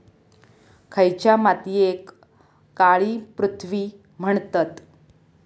खयच्या मातीयेक काळी पृथ्वी म्हणतत?